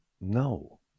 No